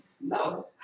No